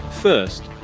First